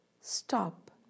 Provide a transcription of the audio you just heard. stop